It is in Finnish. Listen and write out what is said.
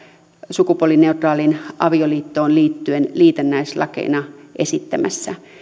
sukupuolineutraaliin avioliittoon liittyen liitännäislakeina esittämässä